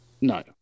No